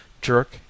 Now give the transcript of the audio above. jerk